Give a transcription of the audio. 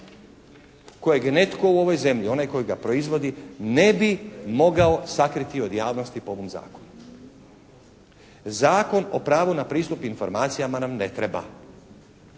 kojeg netko u ovoj zemlji, onaj koji ga proizvodi ne bi mogao sakriti od javnosti po ovom zakonu. Zakon o pravu na pristup informacijama nam ne treba.